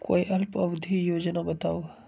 कोई अल्प अवधि योजना बताऊ?